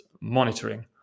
monitoring